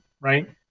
right